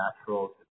natural